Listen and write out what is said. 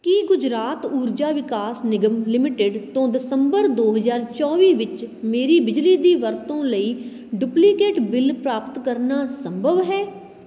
ਕੀ Gujarat Urja Vikas Nigam limited ਤੋਂ ਦਸੰਬਰ ਦੋ ਹਜ਼ਾਰ ਚੌਵੀ ਵਿੱਚ ਮੇਰੀ ਬਿਜਲੀ ਦੀ ਵਰਤੋਂ ਲਈ ਡੁਪਲੀਕੇਟ ਬਿੱਲ ਪ੍ਰਾਪਤ ਕਰਨਾ ਸੰਭਵ ਹੈ